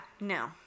no